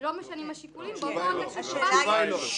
לא משנים השיקולים, באותו רגע שהוא שובץ?